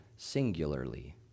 singularly